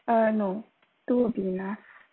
uh no two would be enough